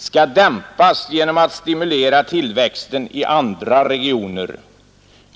skall dämpas genom att stimulera tillväxten i andra regioner.